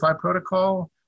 protocol